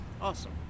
awesome